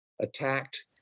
attacked